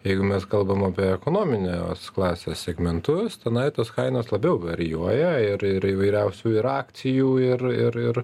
jeigu mes kalbam apie ekonominės klasės segmentus tenai tos kainos labiau varijuoja ir ir įvairiausių yra akcijų ir ir ir